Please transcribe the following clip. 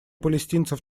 палестинцев